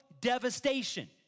devastation